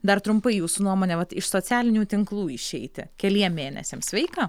dar trumpai jūsų nuomone vat iš socialinių tinklų išeiti keliem mėnesiam sveika